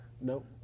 Nope